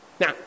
Now